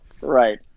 Right